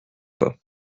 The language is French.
pas